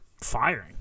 firing